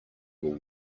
will